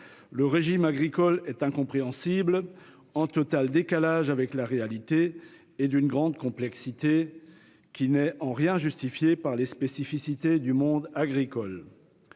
Le régime agricole est incompréhensible, en total décalage avec la réalité et d'une grande complexité, qui n'est en rien justifiée par les spécificités du monde agricole.